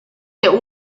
der